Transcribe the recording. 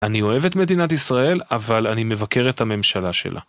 אני אוהב את מדינת ישראל, אבל אני מבקר את הממשלה שלה.